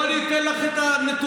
בואי ואני אתן לך את הנתונים.